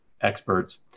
experts